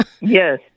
Yes